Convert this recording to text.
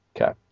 Okay